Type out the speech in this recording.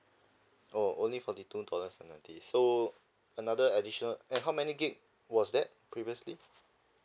oh only forty two dollars and ninety so another additional and how many gig~ was that previously